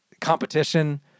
competition